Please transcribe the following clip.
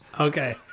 Okay